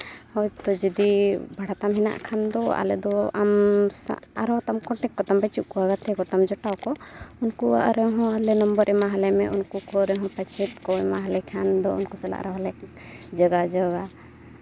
ᱦᱳᱭᱛᱳ ᱡᱩᱫᱤ ᱵᱷᱟᱲᱟ ᱛᱟᱢ ᱢᱮᱱᱟᱜ ᱠᱷᱟᱱ ᱫᱚ ᱟᱞᱮᱫᱚ ᱟᱢ ᱥᱟᱜ ᱟᱨᱦᱚᱸ ᱛᱟᱢ ᱜᱟᱛᱮ ᱠᱚᱛᱟᱢ ᱵᱟᱹᱪᱩᱜ ᱠᱚᱣᱟ ᱜᱟᱛᱮ ᱠᱚᱛᱟᱢ ᱡᱚᱴᱟᱣ ᱠᱚ ᱩᱱᱠᱩᱣᱟᱜ ᱨᱮᱦᱚᱸ ᱟᱞᱮ ᱱᱚᱢᱵᱚᱨ ᱮᱢᱟᱣᱟᱞᱮ ᱢᱮ ᱩᱱᱠᱩ ᱠᱚ ᱨᱮᱦᱚᱸ ᱯᱟᱪᱮᱫ ᱠᱚ ᱮᱢᱟᱞᱮ ᱠᱷᱟᱱ ᱫᱚ ᱥᱟᱞᱟᱜ ᱨᱮᱦᱚᱸ ᱞᱮ ᱡᱳᱜᱟᱡᱳᱜᱽᱼᱟ